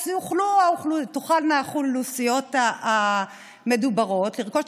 אז תוכלנה האוכלוסיות המדוברות לרכוש את